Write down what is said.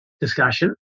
discussion